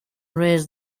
raised